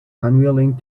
unwilling